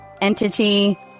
entity